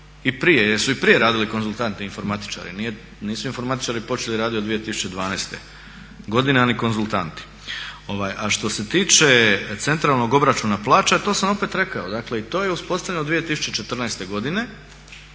i prije jer su i prije radili konzultanti informatičari, nisu informatičari počeli raditi od 2012. godine a ni konzultanti. A što se tiče centralnog obračuna plaća, to sam opet rekao, dakle i to je uspostavljeno 2014. godine